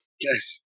Yes